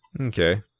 okay